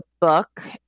book